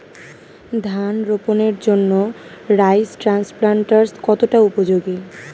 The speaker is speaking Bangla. ধান রোপণের জন্য রাইস ট্রান্সপ্লান্টারস্ কতটা উপযোগী?